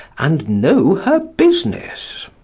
and know her business?